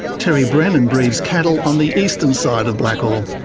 terry brennan breeds cattle on the eastern side of blackall.